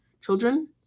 children